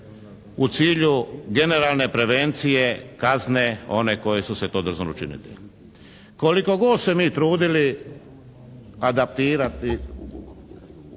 u cilju generalne prevencije kazne one koji su se to drznuli učiniti. Koliko god se mi trudili adaptirati,